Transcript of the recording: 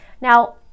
Now